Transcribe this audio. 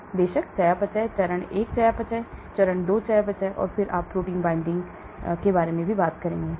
फिर बेशक चयापचय चरण 1 चयापचय चरण 2 चयापचय और फिर आप प्रोटीन binding भी हो सकते हैं